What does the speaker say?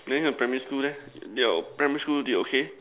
then primary school leh your primary school did okay